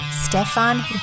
Stefan